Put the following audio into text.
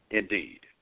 indeed